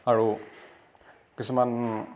আৰু কিছুমান